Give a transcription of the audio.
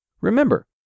Remember